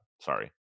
Sorry